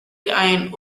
iron